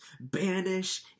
Banish